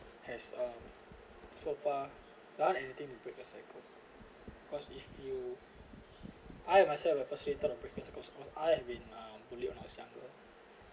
has uh so far done anything to break the cycle cause if you I myself I put through the cycle cycle I've been bullied when I was younger